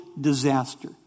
disaster